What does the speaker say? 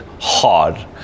hard